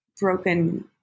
broken